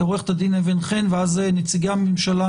אחר כך עו"ד אבן חן ואז נציגי הממשלה